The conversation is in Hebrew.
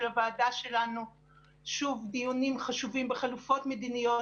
הוועדה שלנו דיונים חשובים בחלופות מדיניות,